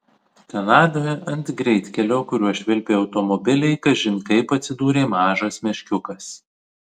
kanadoje ant greitkelio kuriuo švilpė automobiliai kažin kaip atsidūrė mažas meškiukas